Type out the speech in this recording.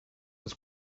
was